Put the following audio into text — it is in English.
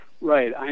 Right